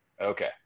Okay